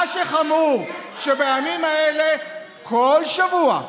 מה שחמור, שבימים האלה, כל שבוע,